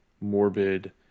morbid